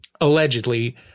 allegedly